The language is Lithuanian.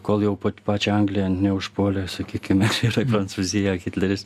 kol jau pa pačią angliją neužpuolė sakykime viešai prancūziją hitleris